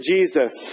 Jesus